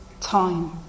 time